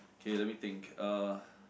okay let me think uh